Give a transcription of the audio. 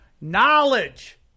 Knowledge